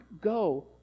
go